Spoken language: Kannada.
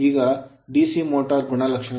ಈಗ DC motor ಮೋಟರ್ ಗಳ ಗುಣಲಕ್ಷಣ